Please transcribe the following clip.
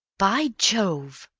by jove!